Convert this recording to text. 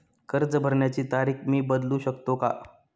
कर्ज भरण्याची तारीख मी बदलू शकतो का?